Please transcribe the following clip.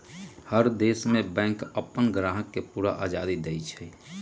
हर देश में बैंक अप्पन ग्राहक के पूरा आजादी देई छई